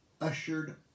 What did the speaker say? ushered